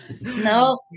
no